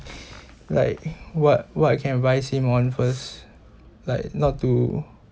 like what what can advise him on first like not to